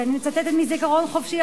אני מצטטת מזיכרון חופשי,